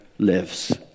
lives